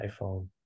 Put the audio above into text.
iPhone